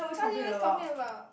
cause you always complain about